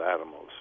animals